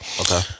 Okay